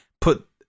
put